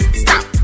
stop